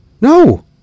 No